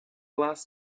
last